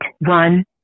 one